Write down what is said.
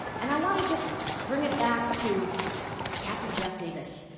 and i want to just bring it back to captain jeff davis.